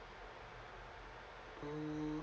mm